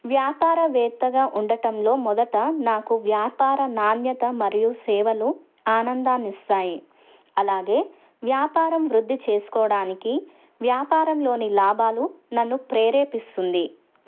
వ్యాపారవేత్తగా ఉండటంలో మొదట నాకు వ్యాపార నాణ్యత మరియు సేవలు ఆనందాన్ని ఇస్తాయి అలాగే వ్యాపారం వృద్ధి చేసుకోవడానికి వ్యాపారంలోని లాభాలు నన్ను ప్రేరేపిస్తుంది